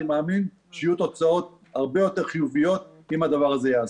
אני מאמין שיהיו תוצאות הרבה יותר חיוביות אם הדבר הזה ייעשה.